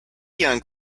young